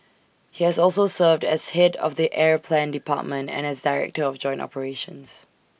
he has also served as Head of the air plan department and as desire to of joint operations